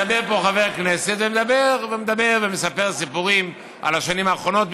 מדבר פה חבר כנסת ומדבר ומדבר ומספר סיפורים על השנים האחרונות,